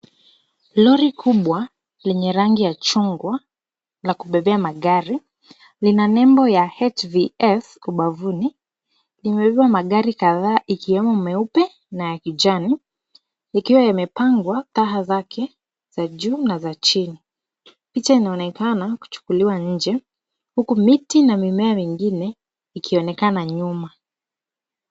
Lori kubwa lenye rangi ya chungwa la kubebea magari lina label ya HVS ubavuni. Limebeba magari kadhaa ikiwemo meupe na ya kijani likiwa limepangwa raha zake za juu na za chini. Picha inaonekana kuchukuliwa nje huku miti na mimea mingine ikionekana nyuma.